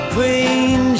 Queen